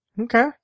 Okay